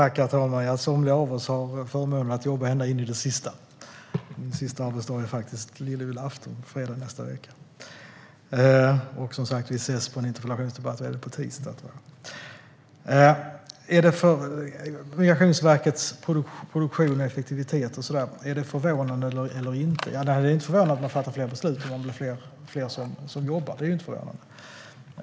Herr talman! Ja, somliga av oss har förmånen att jobba ända in i det sista. Min sista arbetsdag är faktiskt lilljulafton, fredag nästa vecka. Och vi ses för en interpellationsdebatt på tisdag, tror jag. Är det förvånande eller inte med Migrationsverkets produktion och effektivitet? Det är inte förvånande att det fattas fler beslut när det är fler som jobbar.